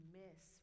miss